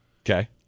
Okay